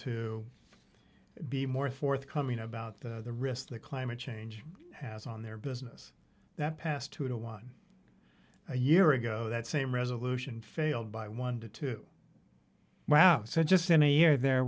to be more forthcoming about the risks that climate change has on their business that passed two to one a year ago that same resolution failed by one to two so just in a year there